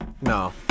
no